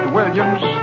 Williams